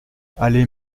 allez